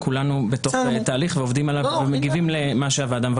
כולנו בתוך התהליך ועובדים עליו ומגיבים למה שהוועדה מבקשת.